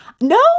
No